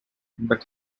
but